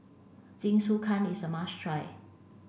Jingisukan is a must try